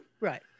right